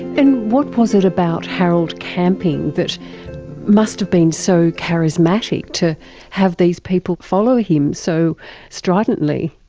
and what was it about harold camping that must have been so charismatic to have these people follow him so stridently?